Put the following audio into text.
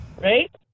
right